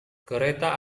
kereta